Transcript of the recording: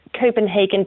Copenhagen